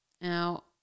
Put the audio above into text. Now